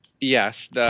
Yes